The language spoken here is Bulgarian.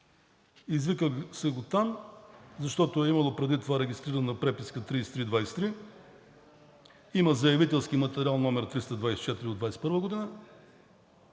Извикали са го там, защото е имало преди това регистрирана Преписка № 3323, има Заявителски материал № 324/2021 г.